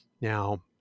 Now